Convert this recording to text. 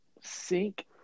sink